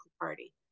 party